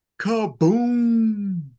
Kaboom